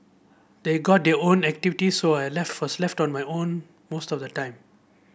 they got their own activities so I left was left on my own most of the time